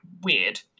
weird